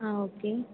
ஆ okay